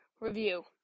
Review